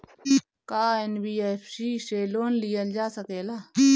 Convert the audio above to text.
का एन.बी.एफ.सी से लोन लियल जा सकेला?